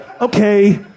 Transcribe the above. okay